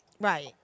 Right